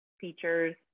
features